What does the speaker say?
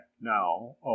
now